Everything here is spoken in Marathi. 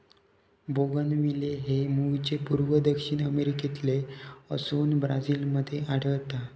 बोगनविले हे मूळचे पूर्व दक्षिण अमेरिकेतले असोन ब्राझील मध्ये आढळता